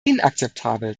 inakzeptabel